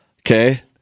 okay